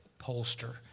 pollster